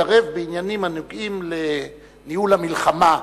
יתערב בעניינים הנוגעים לניהול המלחמה,